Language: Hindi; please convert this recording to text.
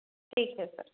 ठीक है सर